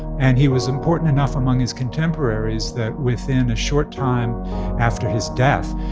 and he was important enough among his contemporaries that, within a short time after his death,